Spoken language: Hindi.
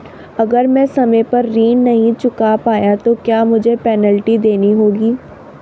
अगर मैं समय पर ऋण नहीं चुका पाया तो क्या मुझे पेनल्टी देनी होगी?